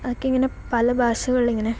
അതൊക്കെ ഇങ്ങനെ പല ഭാഷകളിൽ ഇങ്ങനെ